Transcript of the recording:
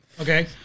Okay